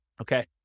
Okay